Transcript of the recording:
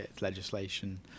legislation